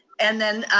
and then